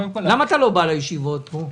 למה אתה לא בא לישיבות כאן?